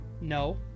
No